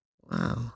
Wow